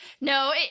no